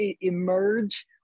emerge